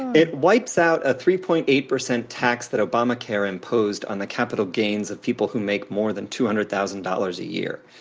it wipes out a three point eight percent tax that obamacare imposed on the capital gains of people who make more than two hundred thousand dollars a year.